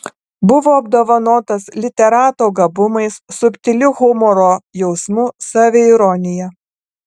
buvo apdovanotas literato gabumais subtiliu humoro jausmu saviironija